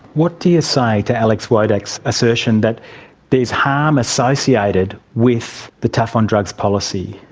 what do you say to alex wodak's assertion that there is harm associated with the tough on drugs policy?